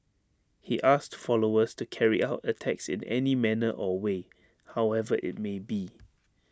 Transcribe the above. he asked followers to carry out attacks in any manner or way however IT may be